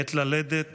עת ללדת